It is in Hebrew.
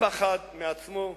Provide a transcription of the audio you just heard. בפחד מעצמו,